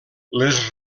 les